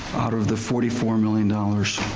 out of the forty four million dollars.